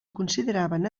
consideraven